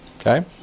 Okay